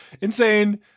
Insane